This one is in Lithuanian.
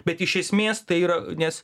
bet iš esmės tai yra nes